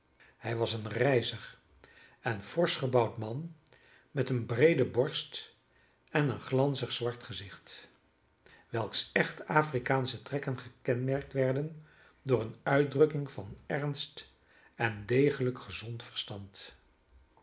hij was een rijzig en forsch gebouwd man met eene breede borst en een glanzig zwart gezicht welks echt afrikaansche trekken gekenmerkt werden door eene uitdrukking van ernst en degelijk gezond verstand